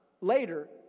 later